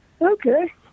Okay